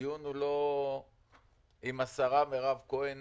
הדיון הוא לא אם השרה מירב כהן